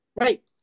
Right